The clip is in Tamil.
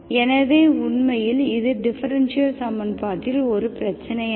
எனவே உண்மையில் இது டிஃபரென்ஷியல் சமன்பாட்டில் ஒரு பிரச்சினை அல்ல